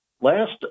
last